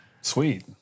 Sweet